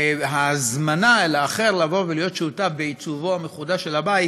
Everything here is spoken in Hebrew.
ההזמנה לאחר להיות שותף בעיצוב המחודש של הבית,